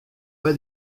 pas